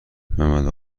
ممد